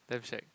damn shag